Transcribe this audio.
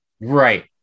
right